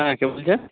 হ্যাঁ কে বলছেন